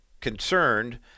concerned